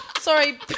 Sorry